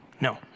No